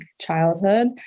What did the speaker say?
childhood